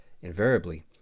invariably